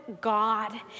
God